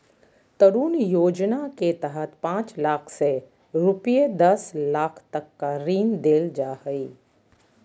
तरुण योजना के तहत पांच लाख से रूपये दस लाख तक का ऋण देल जा हइ